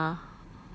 I want a car